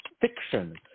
fiction